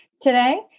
today